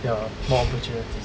there are more opportunities